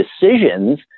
decisions